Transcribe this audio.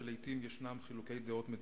חשוב להדגיש שלא מדובר באמברגו,